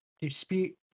dispute